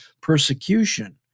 persecution